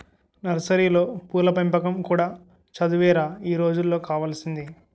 నర్సరీలో పూల పెంపకం కూడా చదువేరా ఈ రోజుల్లో కావాల్సింది